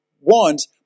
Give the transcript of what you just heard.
want